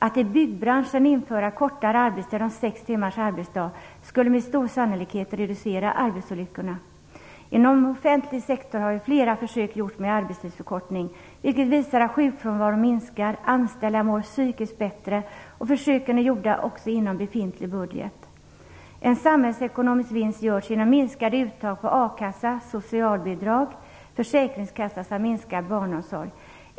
Att i byggbranschen införa kortare arbetstid om 6 timmars arbetsdag skulle med stor sannolikhet reducera arbetsolyckorna. Inom offentlig sektor har flera försök gjorts med arbetstidsförkortning vilka visar att sjukfrånvaron minskar och anställda mår psykiskt bättre. Försöken är också gjorda inom befintlig budget. En samhällsekonomisk vinst görs genom minskade uttag på akassa, socialbidrag, försäkringskassa samt minskad barnomsorg.